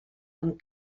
amb